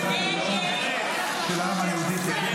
מדינת הלאום של העם היהודי (תיקון,